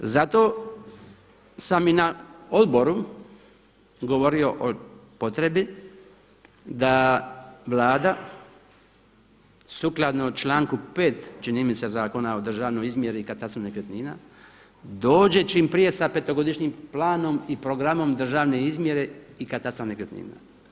Zato sam i na odboru govorio o potrebi da Vlada sukladno članku 5. čini mi se Zakona o državnoj izmjeri i katastru nekretnina dođe čim prije sa petogodišnjim planom i programom državne izmjere i katastra nekretnina.